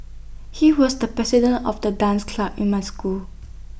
he was the president of the dance club in my school